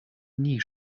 nie